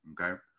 okay